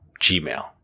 Gmail